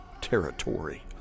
territory